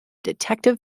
detective